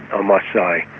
i must say. i